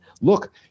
look